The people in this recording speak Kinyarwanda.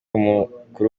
umukuru